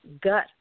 gut